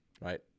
right